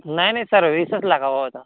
नाही नाही सर वीसच लाख हवं होतं